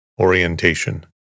Orientation